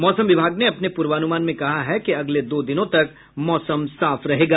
मौसम विभाग ने अपने पूर्वानुमान में कहा है कि अगले दो दिनों तक मौसम साफ रहेगा